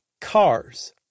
Cars